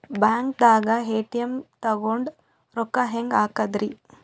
ಬ್ಯಾಂಕ್ದಾಗ ಎ.ಟಿ.ಎಂ ತಗೊಂಡ್ ರೊಕ್ಕ ಹೆಂಗ್ ಹಾಕದ್ರಿ?